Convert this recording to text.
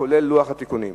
כולל לוח התיקונים?